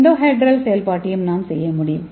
endohedral செயல்பாட்டையும் நாம் செய்ய முடியும்